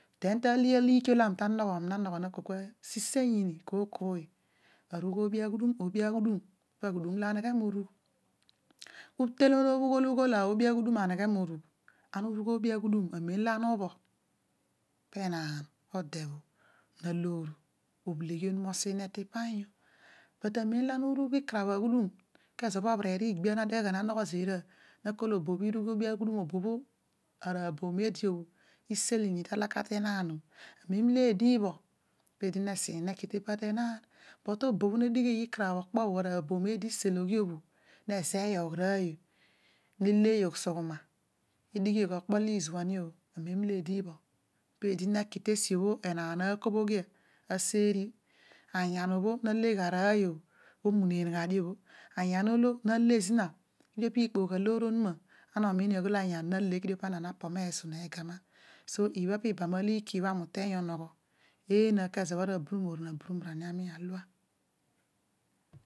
Den ta aliki olo ami ta anogho arii na nogho na kua l sisein yini kooy, kooy kooy arugh oobi aghudu pad aghudu olo aneghe morugh etein obho ughol ughol oobi aghudum aneghe morugh oobi ughudum, amen ano urugh oobi aghudum. amen ana ubhọ enaan ode na loor obhdi onuma osine ta anju. But amem olo ano urugh ikarabh aghadum kezo obhereer igbia bho adeghe obho. obo uru obi aghudun obho, obo. bho ara aboom eedi isilogh to laka te enaan bho amen eed ibhọ peedi nesine ne ki teenan. but tobo ne dighi miikarabh bho ara aboom eedi iselogh io amen eedii epọ eedi te edigh to ba ekpe anyan. anyan olo na he zina kedio ana esu anyan obho oledio zina. Kedio ana ta pina gho meegama kaman leamen ka duma kaduma ibaha pi. bam alile :olo ami uteeny onogho eena kezo bho aburumor na buru mara ni ami alua.